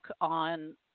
on